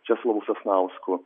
česlovu sasnausku